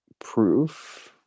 proof